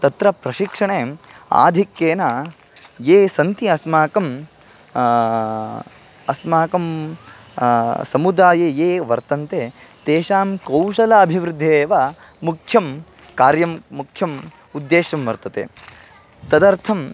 तत्र प्रशिक्षणे आधिक्येन ये सन्ति अस्माकं अस्माकं समुदाये ये वर्तन्ते तेषां कौशलभिवृद्धये एव मुख्यं कार्यं मुख्यम् उद्देः वर्तते तदर्थं